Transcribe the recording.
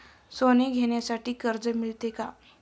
सोने घेण्यासाठी कर्ज मिळते का?